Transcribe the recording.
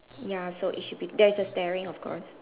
ya so it should be there's a of course